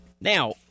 Now